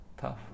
tough